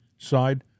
side